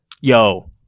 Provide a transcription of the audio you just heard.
Yo